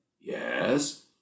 Yes